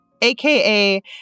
aka